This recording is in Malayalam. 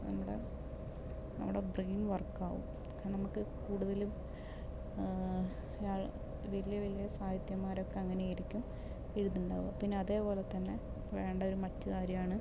നമ്മുടെ നമ്മുടെ ബ്രെയിൻ വർക്കാവും കാരണം നമുക്ക് കൂടുതലും ആൾ വല്യ വല്യ സാഹിത്യകാരന്മാരൊക്കെ അങ്ങനെ ആയിരിക്കും എഴുത്തുണ്ടാവുക പിന്നെ അതേപോലെ തന്നെ വേണ്ടൊരു മറ്റു കാര്യാണ്